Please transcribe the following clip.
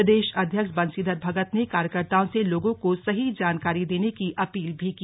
प्रदेश अध्यक्ष बंशीधर भगत ने कार्यकर्ताओं से लोगों को सही जानकारी देने की अपील भी की